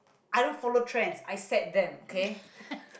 I don't follow trends I set them okay